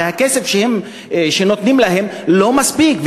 הכסף שנותנים להם לא מספיק,